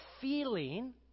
feeling